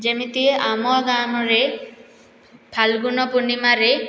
ଯେମିତି ଆମ ଗ୍ରାମରେ ଫାଲ୍ଗୁନ ପୂର୍ଣ୍ଣିମାରେ